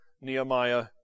Nehemiah